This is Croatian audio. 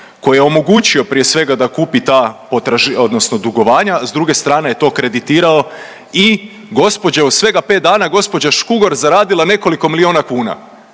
koji je omogućio prije svega da kupi ta potraž…, odnosno dugovanja, a s druge strane je to kreditirao i gospođa, u svega 5 dana gđa. Škugor zaradila nekoliko milijuna kuna.